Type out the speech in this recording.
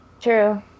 True